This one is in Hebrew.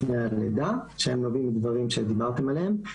שהם נובעים מדברים שדיברתם עליהם,